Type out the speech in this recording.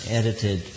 edited